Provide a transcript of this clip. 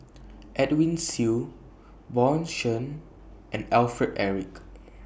Edwin Siew Bjorn Shen and Alfred Eric